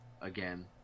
again